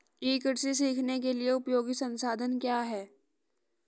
ई कृषि सीखने के लिए उपयोगी संसाधन क्या हैं?